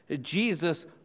Jesus